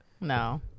No